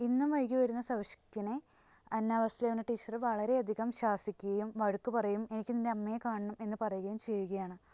എന്നും വൈകി വരുന്ന സവിഷ്കിനെ അന്നാവാസ്ലിവ്ന ടീച്ചര് വളരെയധികം ശാസിക്കുകയും വഴക്കു പറയുകയും എനിക്ക് നിൻ്റെ അമ്മയെ കാണണം എന്നുപറയുകയും ചെയ്യുകയാണ്